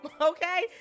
okay